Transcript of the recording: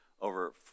over